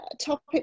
topic